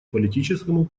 политическому